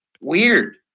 weird